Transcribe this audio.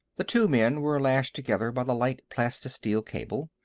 the two men were lashed together by the light plastisteel cable.